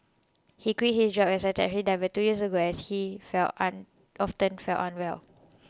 he quit his job as a taxi driver two years ago as he fell um often felt unwell